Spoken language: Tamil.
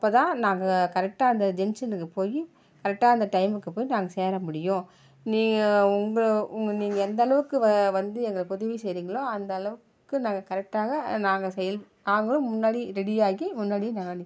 அப்போதான் நாங்கள் கரக்டா அந்த ஜங்ஷனுக்கு போய் கரக்டாக அந்த டைமுக்கு போய் நாங்கள் சேர முடியும் நீங்கள் உங்கள் உங்கள் நீங்கள் எந்தளவுக்கு வந்து எங்களுக்கு உதவி செய்றிங்களோ அந்த அளவுக்கு நாங்கள் கரெக்டாக நாங்கள் செயல் நாங்களும் முன்னாடி ரெடி ஆகி முன்னாடி நாங்கள் நிப்போ